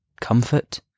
Comfort